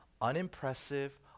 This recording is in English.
unimpressive